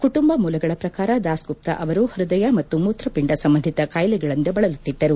ಕುಟುಂಬ ಮೂಲಗಳ ಪ್ರಕಾರ ದಾಸ್ಗುಪ್ತಾ ಅವರು ಹೃದಯ ಮತ್ತು ಮೂತ್ರ ಪಿಂಡ ಸಂಬಂಧಿತ ಕಾಯಿಲೆಗಳಿಂದ ಬಳಲುತ್ತಿದ್ದರು